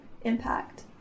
impact